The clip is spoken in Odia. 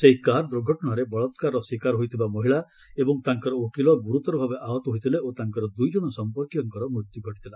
ସେହି କାର୍ ଦୂର୍ଘଟଣାରେ ବଳାକାରର ଶିକାର ହୋଇଥିବା ମହିଳା ଏବଂ ତାଙ୍କର ଓକିଲ ଗୁରୁତର ଭାବେ ଆହତ ହୋଇଥିଲେ ଓ ତାଙ୍କର ଦୁଇ ଜଣ ସମ୍ପର୍କୀୟଙ୍କର ମୃତ୍ୟୁ ଘଟିଥିଲା